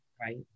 Right